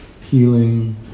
healing